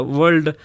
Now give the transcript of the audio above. world